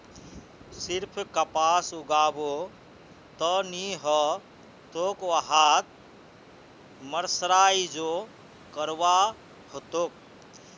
सिर्फ कपास उगाबो त नी ह तोक वहात मर्सराइजो करवा ह तोक